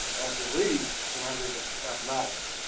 after lee surrendered at appomattox.